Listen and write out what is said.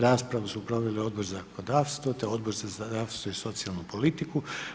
Raspravu su proveli Odbor za zakonodavstvo, te Odbor za zdravstvo i socijalnu politiku.